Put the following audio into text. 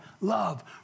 love